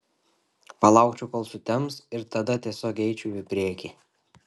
palaukčiau kol sutems ir tada tiesiog eičiau į priekį